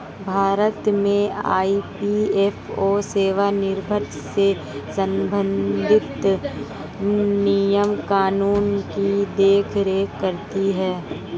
भारत में ई.पी.एफ.ओ सेवानिवृत्त से संबंधित नियम कानून की देख रेख करती हैं